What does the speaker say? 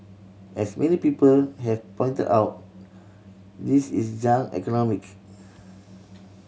as many people have pointed out this is junk economic